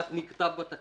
כך נכתב בתקנה-